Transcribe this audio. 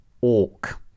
orc